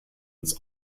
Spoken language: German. ins